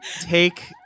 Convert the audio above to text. take